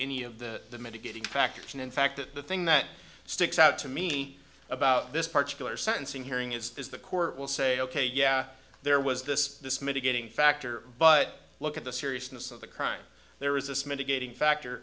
any of the mitigating factors and in fact that the thing that sticks out to me about this particular sentencing hearing is the court will say ok yeah there was this this mitigating factor but look at the seriousness of the crime there is this mitigating factor